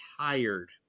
tired